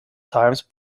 times